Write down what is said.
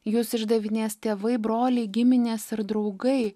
jus išdavinės tėvai broliai giminės ir draugai